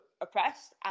oppressed